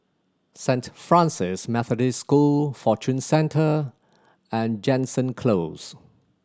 Saint Francis Methodist School Fortune Centre and Jansen Close